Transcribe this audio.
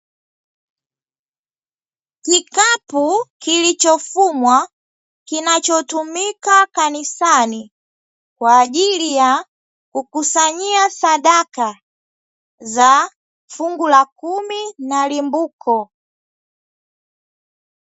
Kikapu kilichofumwa kinachotumika kanisani, kwa ajili ya kukusanyia sadaka za fungu la kumi na limbuko.